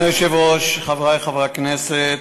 אדוני היושב-ראש, חברי חברי הכנסת,